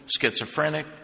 schizophrenic